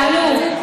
תעלו.